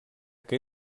que